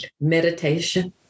Meditation